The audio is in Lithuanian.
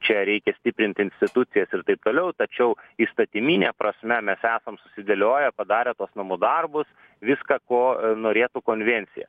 čia reikia stiprint institucijas ir taip toliau tačiau įstatymine prasme mes esam susidėlioję padarę tuos namų darbus viską ko norėtų konvencija